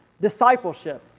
Discipleship